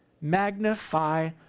Magnify